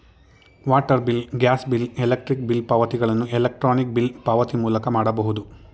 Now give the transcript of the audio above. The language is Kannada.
water bill, gas bill, electric bill ಪಾವತಿಗಳನ್ನು ಎಲೆಕ್ರಾನಿಕ್ ಬಿಲ್ ಪಾವತಿ ಮೂಲಕ ಮಾಡಬಹುದು